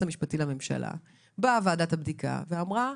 באה ועדת הבדיקה ואמרה: